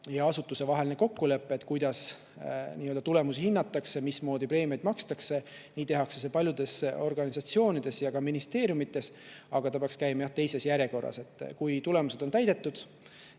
ja asutuse vaheline kokkulepe, kuidas tulemusi hinnatakse, mismoodi preemiaid makstakse. Nii tehakse seda paljudes organisatsioonides ja ministeeriumides, aga see peaks käima teises järjekorras: kui [eesmärgid] on täidetud,